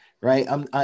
right